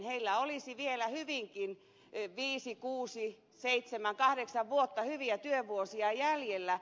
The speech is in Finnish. heillä olisi vielä hyvinkin viisi kuusi seitsemän kahdeksan vuotta hyviä työvuosia jäljellä